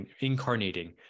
incarnating